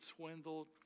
swindled